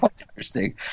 interesting